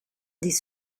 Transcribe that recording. des